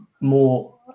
more